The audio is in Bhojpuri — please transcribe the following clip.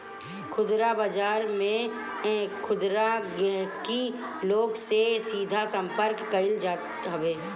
खुदरा बाजार में खुदरा गहकी लोग से सीधा संपर्क कईल जात हवे